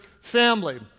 family